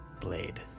blade